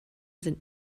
sind